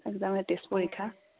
exam এই test পৰীক্ষা